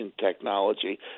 technology